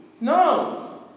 No